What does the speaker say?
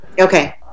Okay